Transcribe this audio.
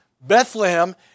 Bethlehem